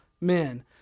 men